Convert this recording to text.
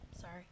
Sorry